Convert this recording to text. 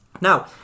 Now